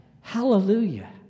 hallelujah